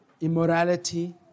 immorality